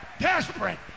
desperate